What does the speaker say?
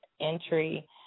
entry